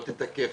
לא תתקף,